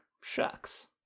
Shucks